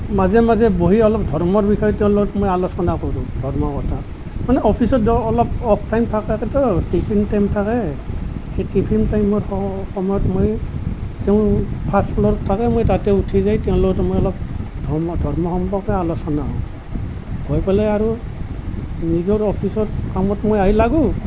মাজে মাজে বহি অলপ ধৰ্মৰ বিষয়ে তেওঁৰ লগত মই আলোচনা কৰোঁ ধৰ্মৰ কথা মানে অফিচত দিয়ক অলপ অফ টাইম থাকেতো টিফিন টাইম থাকে সেই টিফিন টাইমৰ সময়ত মই তেওঁ ফাৰ্ষ্ট ফ্লৰত থাকে মই তাতে উঠি গৈ তেওঁৰ লগত মই অলপ ধৰ্ম সম্পৰ্কে আলোচলা হয় হৈ পেলাই আৰু নিজৰ অফিচত কামত আহি মই লাগোঁ